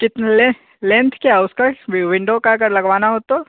कितने length length क्या है उसका विंडो का अगर लगवाना हो तो